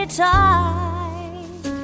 tight